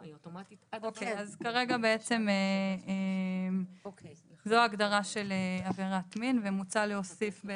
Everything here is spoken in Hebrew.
אז כרגע בעצם זו ההגדרה של עבירת מין והוועדה